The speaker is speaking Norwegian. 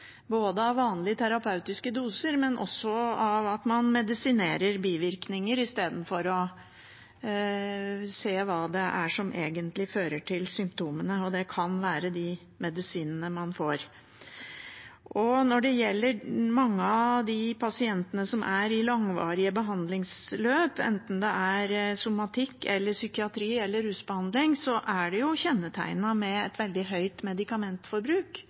både av vanlige terapeutiske doser og av at man medisinerer bivirkninger i stedet for å se hva det er som egentlig fører til symptomene. Det kan være de medisinene man får. Når det gjelder mange av de pasientene som er i langvarige behandlingsløp, enten det er somatikk, psykiatri eller rusbehandling, er veldig mange av dem kjennetegnet ved et veldig høyt medikamentforbruk.